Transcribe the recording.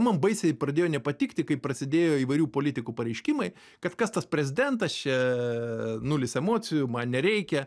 man baisiai pradėjo nepatikti kai prasidėjo įvairių politikų pareiškimai kad kas tas prezidentas čia aaa nulis emocijų man nereikia